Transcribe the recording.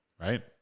right